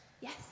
Yes